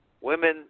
Women